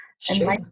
Sure